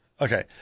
Okay